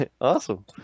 awesome